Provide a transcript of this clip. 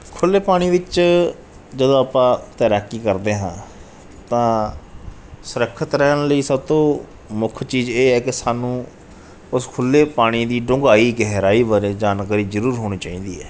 ਖੁੱਲ੍ਹੇ ਪਾਣੀ ਵਿੱਚ ਜਦੋਂ ਆਪਾਂ ਤੈਰਾਕੀ ਕਰਦੇ ਹਾਂ ਤਾਂ ਸੁਰੱਖਿਤ ਰਹਿਣ ਲਈ ਸਭ ਤੋਂ ਮੁੱਖ ਚੀਜ਼ ਇਹ ਹੈ ਕਿ ਸਾਨੂੰ ਉਸ ਖੁੱਲ੍ਹੇ ਪਾਣੀ ਦੀ ਡੁੰਘਾਈ ਗਹਿਰਾਈ ਬਾਰੇ ਜਾਣਕਾਰੀ ਜ਼ਰੂਰ ਹੋਣੀ ਚਾਹੀਦੀ ਹੈ